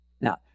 Now